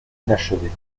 inachevé